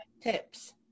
tips